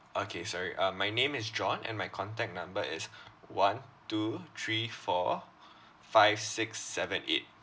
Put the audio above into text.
okay sorry uh my name is john and my contact number is one two three four five six seven eight